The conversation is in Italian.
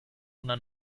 una